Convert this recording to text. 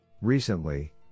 Recently